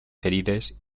ferides